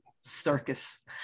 circus